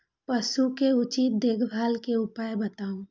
पशु के उचित देखभाल के उपाय बताऊ?